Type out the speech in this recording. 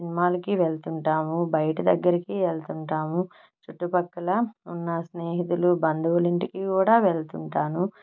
సినిమాలకి వెళ్తుంటాము బయట దగ్గరికి వెళ్తుంటాము చుట్టుపక్కల ఉన్న స్నేహితులు బంధువులు ఇంటికి కూడా వెళ్తుంటాను